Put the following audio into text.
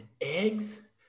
eggs